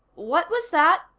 what was that?